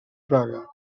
praga